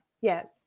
Yes